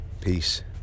peace